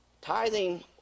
tithing